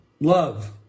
love